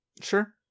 Sure